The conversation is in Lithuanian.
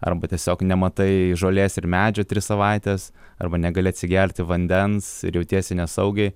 arba tiesiog nematai žolės ir medžių tris savaites arba negali atsigerti vandens ir jautiesi nesaugiai